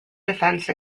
defense